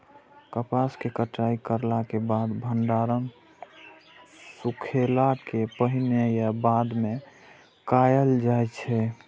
कपास के कटाई करला के बाद भंडारण सुखेला के पहले या बाद में कायल जाय छै?